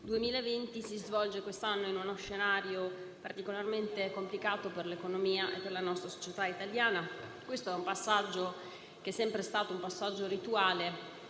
2020 si svolge quest'anno in uno scenario particolarmente complicato per l'economia e per la società italiana. Questo passaggio è sempre stato molto rituale